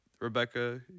rebecca